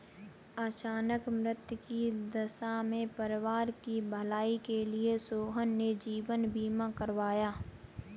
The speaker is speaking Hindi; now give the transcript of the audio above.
अचानक मृत्यु की दशा में परिवार की भलाई के लिए सोहन ने जीवन बीमा करवाया